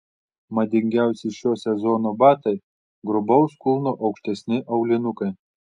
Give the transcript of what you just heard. madingiausi šio sezono batai grubaus kulno aukštesni aulinukai